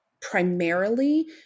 primarily